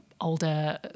older